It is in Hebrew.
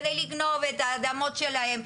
כדי לגנוב את האדמות שלהם,